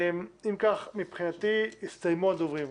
אם כך, מבחינתי הסתיימו הדוברים.